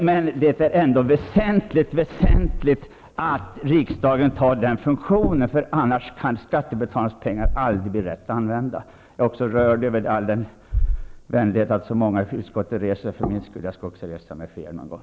Men det är ändå mycket väsentligt att riksdagen tar på sig den funktionen, annars kan skattebetalarnas pengar aldrig bli riktigt använda. Jag är också rörd över all den vänlighet som visas när så många i utskottet reser sig för min skull. Jag skall också resa mig för er någon gång.